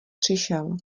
přišel